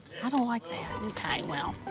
i don't like that. okay, well.